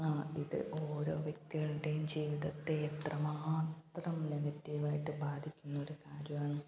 ഇത് ഓരോ വ്യക്തികളുടെയും ജീവിതത്തെ എത്രമാത്രം നെഗറ്റീവായിട്ട് ബാധിക്കുന്ന ഒരു കാര്യമാണ്